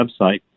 website